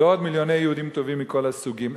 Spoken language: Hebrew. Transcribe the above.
ועוד מיליוני יהודים טובים מכל הסוגים.